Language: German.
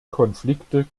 konflikte